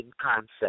concept